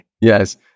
Yes